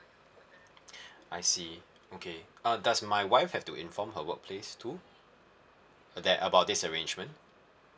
I see okay uh does my wife have to inform her work place too that about this arrangement